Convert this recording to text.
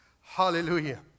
Hallelujah